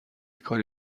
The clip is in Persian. کاری